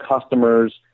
customers